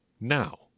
now